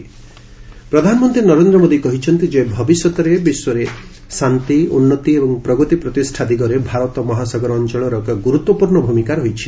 talks ପ୍ରଧାନମନ୍ତ୍ରୀ ନରେନ୍ଦ୍ର ମୋଦି କହିଛନ୍ତି ଯେ ଭବିଷ୍ୟତରେ ବିଶ୍ୱରେ ଶାନ୍ତି ଉନ୍ନତି ଏବଂ ପ୍ରଗତି ପ୍ରତିଷ୍ଠା ଦିଗରେ ଭାରତ ମହାସାଗର ଅଞ୍ଚଳର ଏକ ଗୁରୁତ୍ୱପୂର୍ଣ୍ଣ ଭୂମିକା ରହିଛି